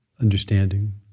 understanding